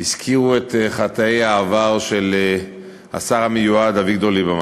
הזכירו את חטאי העבר של השר המיועד אביגדור ליברמן,